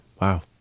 Wow